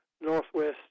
Northwest